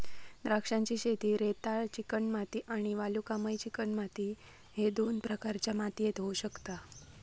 द्राक्षांची शेती रेताळ चिकणमाती आणि वालुकामय चिकणमाती ह्य दोन प्रकारच्या मातीयेत होऊ शकता